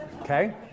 okay